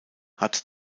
hat